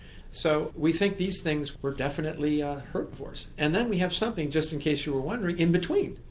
so we think these things were definitely ah herbivores. and then we have something, just in case you were wondering, in between,